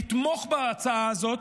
לתמוך בהצעה הזאת,